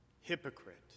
hypocrite